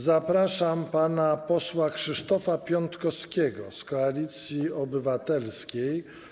Zapraszam pana posła Krzysztofa Piątkowskiego z Koalicji Obywatelskiej.